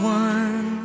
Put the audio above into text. one